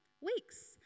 weeks